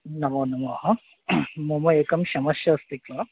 नमो नमः मम एकं समस्या अस्ति किल